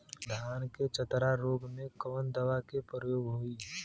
धान के चतरा रोग में कवन दवा के प्रयोग होई?